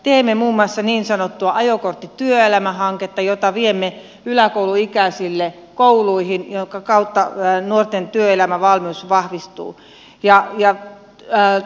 teemme muun muassa niin sanottua ajokortti työelämään hanketta jota viemme yläkouluikäisille kouluihin ja jonka kautta nuorten työelämävalmius vahvistuu